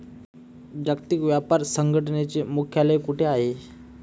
जागतिक व्यापार संघटनेचे मुख्यालय कुठे आहे?